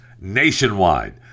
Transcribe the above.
Nationwide